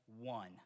one